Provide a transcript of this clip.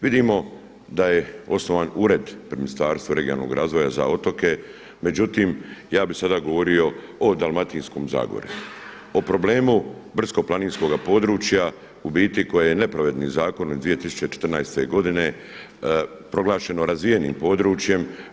Vidimo da je osnovan ured pri Ministarstvu regionalnog razvoja za otoke, međutim ja bi sada govorio o Dalmatinskoj zagori, o problemu brdsko-planinskoga područja koje je nepravednim zakonom iz 2014. godine proglašeno razvijenim područjem.